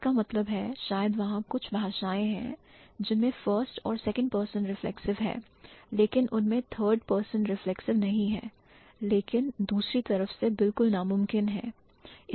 इसका मतलब है शायद वहां कुछ भाषाएं हैं जिनमें first और second person reflexive है लेकिन उनमें third person reflexive नहीं है लेकिन दूसरी तरफ से बिल्कुल नामुमकिन है